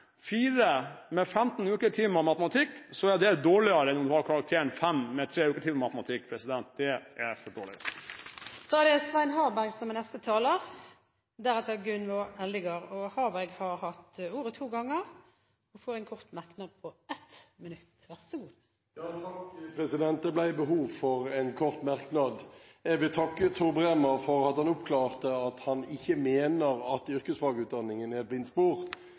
med 15 uketimer matematikk, er det dårligere enn om man har karakteren 5 med 3 uketimer matematikk. Det er for dårlig. Representanten Svein Harberg har hatt ordet to ganger i debatten og får ordet til en kort merknad, begrenset til 1 minutt. Det ble behov for en kort merknad. Jeg vil takke Tor Bremer for at han oppklarte at han ikke mener at yrkesfagutdanningen er